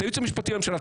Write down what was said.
את הייעוץ המשפטי לממשלה,